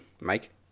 Mike